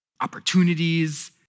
opportunities